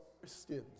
Christians